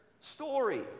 story